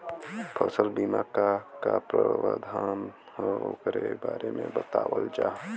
फसल बीमा क का प्रावधान हैं वोकरे बारे में बतावल जा?